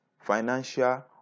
financial